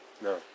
No